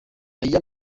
aya